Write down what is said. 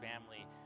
family